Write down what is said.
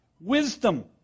wisdom